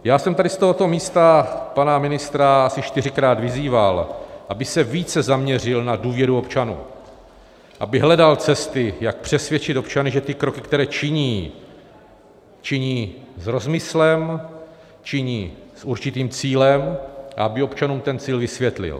Já jsem tady z tohoto místa pana ministra asi čtyřikrát vyzýval, aby se více zaměřil na důvěru občanů, aby hledal cesty, jak přesvědčit občany, že ty kroky, které činí, činí s rozmyslem, činí s určitým cílem, a aby občanům ten cíl vysvětlil.